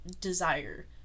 desire